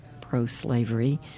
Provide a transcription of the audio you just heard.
pro-slavery